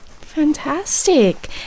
Fantastic